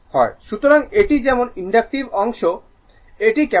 সুতরাং এটি যেমন ইনডাকটিভ অংশ এটি ক্যাপাসিটিভ অংশ